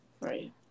Right